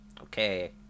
Okay